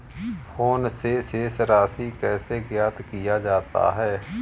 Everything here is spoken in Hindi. फोन से शेष राशि कैसे ज्ञात किया जाता है?